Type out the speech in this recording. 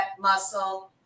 muscle